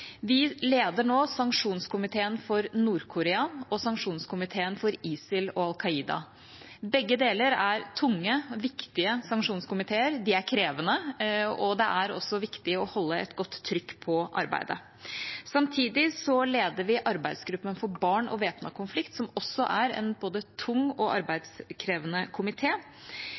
Vi leder nå sanksjonskomiteen for Nord-Korea og sanksjonskomiteen for ISIL og Al Qaida. Begge deler er tunge, viktige sanksjonskomiteer, de er krevende, og det er også viktig å holde et godt trykk på arbeidet. Samtidig leder vi arbeidsgruppen for barn og væpnet konflikt, som også er en både tung og arbeidskrevende